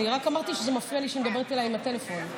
רק אמרתי שזה מפריע לי שהיא מדברת אליי עם הטלפון,